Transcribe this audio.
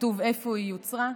כתוב איפה היא יוצרה,